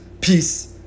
peace